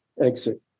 exit